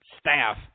staff